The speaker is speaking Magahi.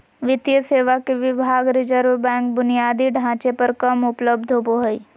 वित्तीय सेवा के विभाग रिज़र्व बैंक बुनियादी ढांचे पर कम उपलब्ध होबो हइ